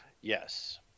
yes